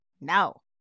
no